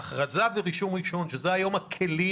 ההכרזה ורישום ראשון כאשר אלה היום הכלים